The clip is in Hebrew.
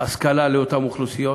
מתן השכלה לאותן אוכלוסיות.